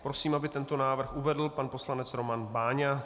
Prosím, aby tento návrh uvedl pan poslanec Roman Váňa.